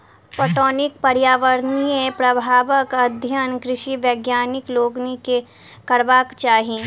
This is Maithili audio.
पटौनीक पर्यावरणीय प्रभावक अध्ययन कृषि वैज्ञानिक लोकनि के करबाक चाही